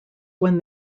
when